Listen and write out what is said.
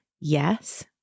yes